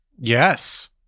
Yes